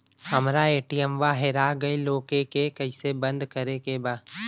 हमरा ए.टी.एम वा हेरा गइल ओ के के कैसे बंद करे के बा?